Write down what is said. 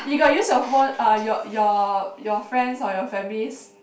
you got use your phone uh your your your friends or your families